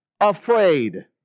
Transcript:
afraid